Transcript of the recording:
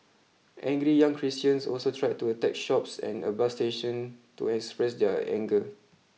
angry young Christians also tried to attack shops and a bus station to express their anger